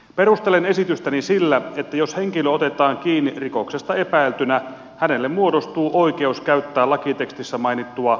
perustelen esitystäni sillä että jos henkilö otetaan kiinni rikoksesta epäiltynä hänelle muodostuu oikeus käyttää lakitekstissä mainittua valitsemaansa avustajaa